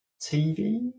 TV